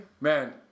Man